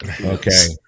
Okay